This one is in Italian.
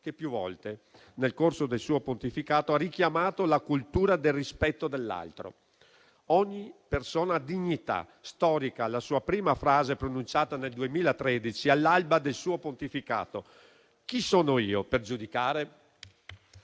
che più volte nel corso del suo pontificato ha richiamato la cultura del rispetto dell'altro. Ogni persona ha dignità. Storica la sua prima frase pronunciata nel 2013 all'alba del suo pontificato: «Chi sono io per giudicare?»